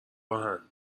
راهن